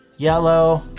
yellow,